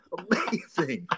amazing